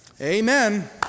Amen